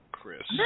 Chris